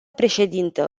președintă